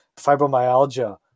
fibromyalgia